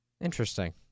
Interesting